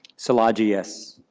szilagyi, yes.